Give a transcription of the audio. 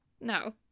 No